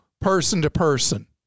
person-to-person